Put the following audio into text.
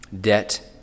debt